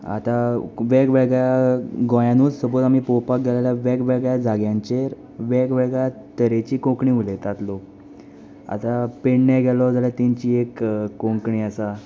आतां वेग वेगळ्या गोंयानूत सपोज आमी पळोवपाक गेले आल्या वेग वेगळ्या जाग्यांचेर वेग वेगळ्या तरेची कोंकणी उलयतात लोक आतां पेडणे गेलो जाल्या तेंची एक कोंकणी आसा